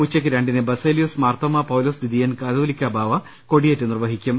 ഉച്ചയ്ക്ക് രണ്ടിന് ബസേലിയോസ് മാർത്തോമാ പൌലോസ് ദ്വിതീയൻ കതോലിക്കാ ബാവ കൊടിയേറ്റ് നിർവ്വഹിക്കും